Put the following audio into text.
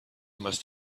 must